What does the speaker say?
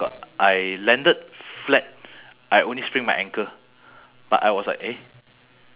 I never thought I would did that lah because actually I went up to climb to pick up the basketball